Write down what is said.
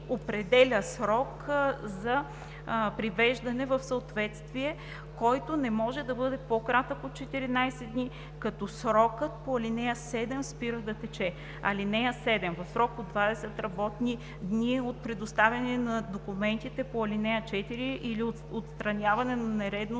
определя срок за привеждане в съответствие, който не може да бъде по-кратък от 14 дни, като срокът по ал. 7 спира да тече. (7) В срок до 20 работни дни от предоставяне на документите по ал. 4 или от отстраняване на нередовностите